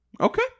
Okay